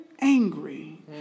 angry